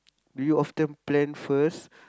do you often plan first